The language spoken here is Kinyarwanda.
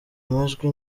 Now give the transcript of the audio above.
amajwi